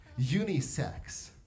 Unisex